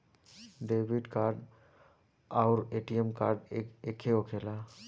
Debit card आउर ATM card एके होखेला?